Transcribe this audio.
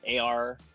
AR